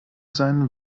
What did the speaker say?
sein